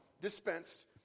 dispensed